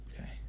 Okay